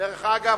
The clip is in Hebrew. דרך אגב,